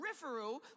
peripheral